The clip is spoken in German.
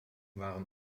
waren